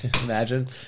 Imagine